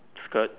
skirt